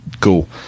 Cool